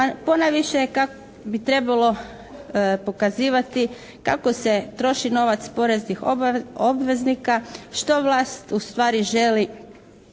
ponajviše bi trebalo pokazivati kako se troši novac poreznih obveznika, što vlast ustvari želi